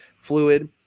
fluid